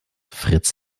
fritz